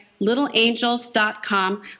littleangels.com